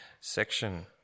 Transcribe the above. section